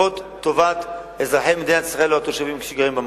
לטובת אזרחי מדינת ישראל או התושבים שגרים במקום.